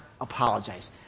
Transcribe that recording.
apologize